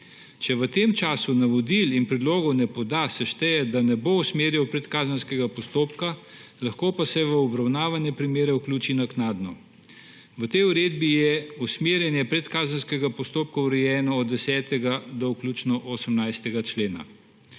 Če v tem času navodil in predlogov ne poda, se šteje, da ne bo usmerjal predkazenskega postopka, lahko pa se v obravnavane primere vključi naknadno. V tej uredbi je usmerjanje predkazenskega postopka urejeno od 10. do vključno 18. člena.